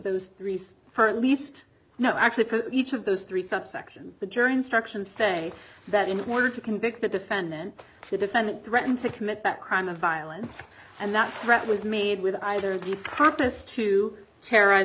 those three for at least now actually each of those three subsection the jury instructions say that in order to convict the defendant the defendant threatened to commit that crime of violence and that threat was made with either the purpose to terrorize